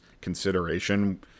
consideration